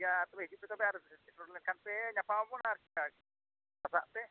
ᱴᱷᱤᱠ ᱜᱮᱭᱟ ᱛᱚᱵᱮ ᱦᱤᱡᱩᱜ ᱯᱮ ᱛᱚᱵᱮ ᱟᱨ ᱥᱮᱴᱮᱨ ᱞᱮᱱᱠᱷᱟᱱ ᱯᱮ ᱧᱟᱯᱟᱢ ᱟᱵᱚᱱ ᱟᱪᱪᱷᱟ ᱟᱪᱪᱷᱟ ᱥᱟᱯᱲᱟᱜ ᱯᱮ